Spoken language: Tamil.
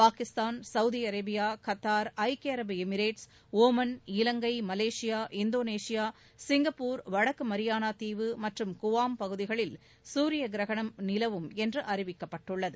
பாகிஸ்தான் சவுதி அரேபியா கத்தார் ஐக்கிய அரபு Emirates Oman Ilangai Malaysia Indonesia Singapore வடக்கு மரியானா தீவு மற்றும் குவாம் பகுதிகளில் சூரிய கிரகணம் நிலவும் என்று அறிவிக்கப்பட்டுள்ளது